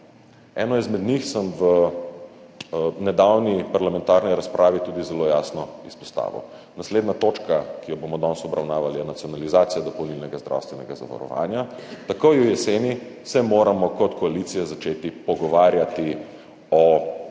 Eno izmed njih sem v nedavni parlamentarni razpravi tudi zelo jasno izpostavil. Naslednja točka, ki jo bomo danes obravnavali, je nacionalizacija dopolnilnega zdravstvenega zavarovanja, takoj v jeseni se moramo kot koalicija začeti pogovarjati o